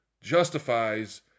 justifies